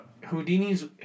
Houdini's